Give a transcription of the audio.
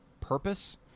purpose